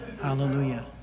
Hallelujah